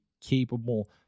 capable